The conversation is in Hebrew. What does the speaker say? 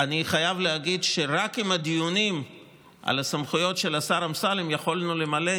אני חייב להגיד שרק עם הדיונים על הסמכויות של השר אמסלם יכולנו למלא,